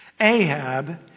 Ahab